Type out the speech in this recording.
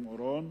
לאחר מכן,